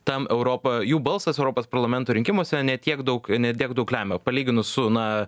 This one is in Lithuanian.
tam europa jų balsas europos parlamento rinkimuose ne tiek daug lemia palyginus su na